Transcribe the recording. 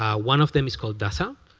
ah one of them is called dazza.